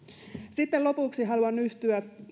sitten lopuksi haluan yhtyä